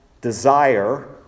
desire